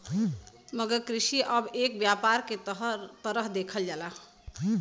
मगर कृषि अब एक व्यापार के तरह देखल जाला